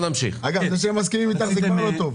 זה שהם מסכימים איתך, זה כבר לא טוב.